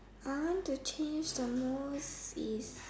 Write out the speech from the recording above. I want to change the most is